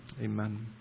Amen